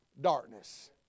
darkness